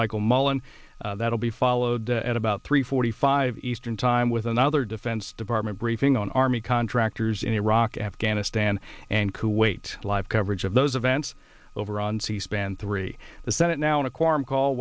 michael mullen that'll be followed at about three forty five eastern time with another defense department briefing on army contractors in iraq afghanistan and kuwait live coverage of those events over on c span three the senate now on a quorum call